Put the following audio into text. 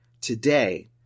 today